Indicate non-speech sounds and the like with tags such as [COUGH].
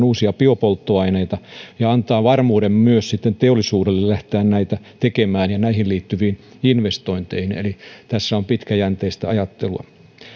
[UNINTELLIGIBLE] uusia biopolttoaineita [UNINTELLIGIBLE] ja antaa varmuuden myös sitten teollisuudelle lähteä näitä tekemään ja lähteä näihin liittyviin investointeihin eli tässä on pitkäjänteistä ajattelua